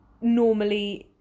normally